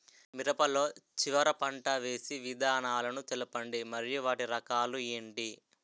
మిరప లో చివర పంట వేసి విధానాలను తెలపండి మరియు వాటి రకాలు ఏంటి